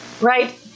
right